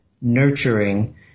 nurturing